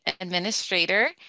administrator